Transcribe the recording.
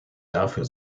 dafür